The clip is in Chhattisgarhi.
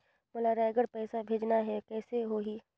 मोला रायगढ़ पइसा भेजना हैं, कइसे होही?